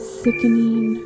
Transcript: sickening